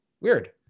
weird